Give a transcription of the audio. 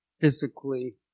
physically